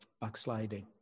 backsliding